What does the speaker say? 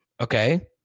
Okay